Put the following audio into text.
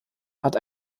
hat